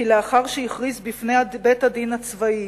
כי לאחר שהכריז בפני בית-הדין הצבאי